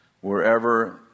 wherever